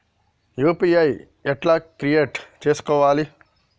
UPI ఎట్లా create చేసుకోవాలి?